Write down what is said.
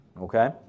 okay